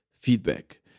feedback